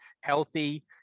healthy